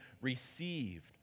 received